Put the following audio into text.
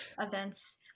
events